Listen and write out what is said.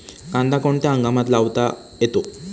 कांदा कोणत्या हंगामात लावता येतो?